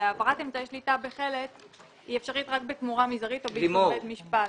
העברת אמצעי שליטה בחלץ היא אפשרית רק בתמורה מזערית או בבית משפט.